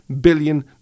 billion